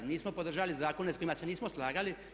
Nismo podržali zakone s kojima se nismo slagali.